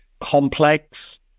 complex